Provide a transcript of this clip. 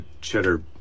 cheddar